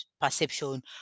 perception